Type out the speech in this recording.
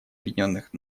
объединенных